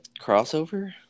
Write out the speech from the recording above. crossover